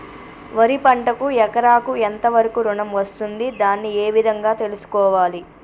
వరి పంటకు ఎకరాకు ఎంత వరకు ఋణం వస్తుంది దాన్ని ఏ విధంగా తెలుసుకోవాలి?